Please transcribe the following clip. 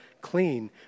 clean